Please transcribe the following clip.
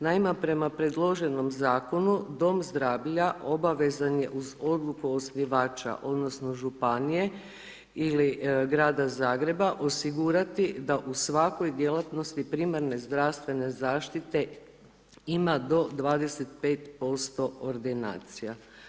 Naime, prema predloženom zakonu, dom zdravlja, obavezan je uz odluku osnivača, odnosno, županije, ili Grada Zagreba, osigurati da u svakoj djelatnosti primarne zdravstvene zaštite ima do 25% ordinacija.